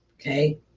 Okay